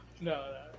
no